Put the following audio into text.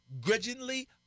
grudgingly